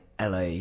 LA